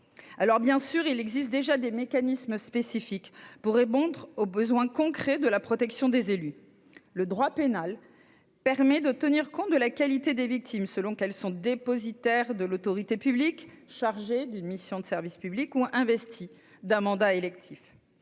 Alors, bien sûr, il existe déjà des mécanismes spécifiques pour répondre aux besoins concrets de la protection des élus. Le droit pénal permet de tenir compte de la qualité des victimes, selon qu'elles sont dépositaires de l'autorité publique, chargées d'une mission de service public ou investies d'un mandat électif.